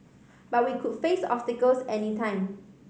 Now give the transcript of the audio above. but we could face obstacles any time